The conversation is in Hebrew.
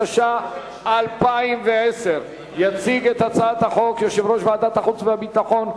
התש"ע 2010. יציג את הצעת החוק יושב-ראש ועדת החוץ והביטחון,